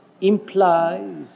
implies